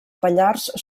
pallars